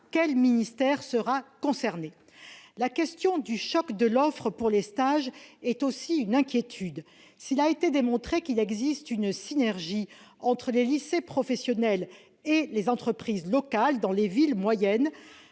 quel ministère sera concerné ? La question du choc de l'offre pour les stages est aussi un motif d'inquiétude. S'il a été démontré qu'il existe une synergie entre les lycées professionnels et les entreprises locales dans les villes moyennes,